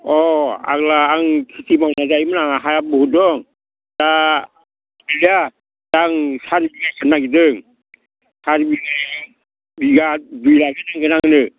अह आलुवा आं खेथि मावना जायोमोन आंना हाया बहुथ दं दा गैला दा सारि बिघा सोनो नागिरदों सारि बिघायाव बिघा बिघासे नांगोन आंनो